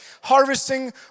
harvesting